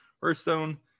Hearthstone